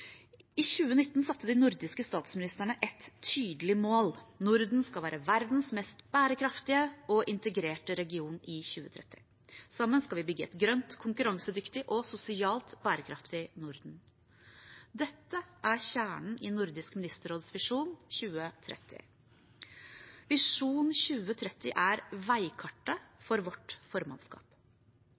I 2019 satte de nordiske statsministrene et tydelig mål: Norden skal være verdens mest bærekraftige og integrerte region i 2030. Sammen skal vi bygge et grønt, konkurransedyktig og sosialt bærekraftig Norden. Dette er kjernen i Nordisk ministerråds Visjon 2030. Visjon 2030 er veikartet for vårt formannskap.